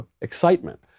excitement